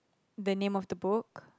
the name of the book